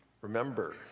Remember